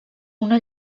una